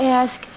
ask